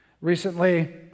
Recently